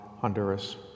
Honduras